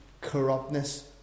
corruptness